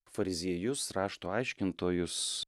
fariziejus rašto aiškintojus